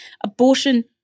abortion